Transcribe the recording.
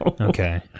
Okay